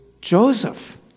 Joseph